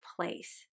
place